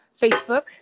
Facebook